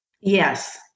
Yes